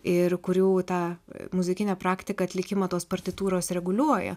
ir kurių tą muzikinę praktiką atlikimą tos partitūros reguliuoja